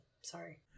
Sorry